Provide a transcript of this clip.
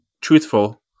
truthful